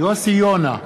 יוסי יונה,